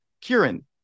Kieran